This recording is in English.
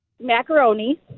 macaroni